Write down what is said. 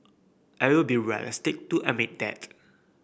I will be realistic to admit that